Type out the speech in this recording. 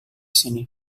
sini